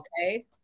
okay